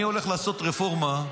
אני הולך לעשות רפורמה,